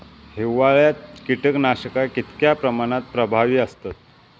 हिवाळ्यात कीटकनाशका कीतक्या प्रमाणात प्रभावी असतत?